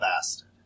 bastard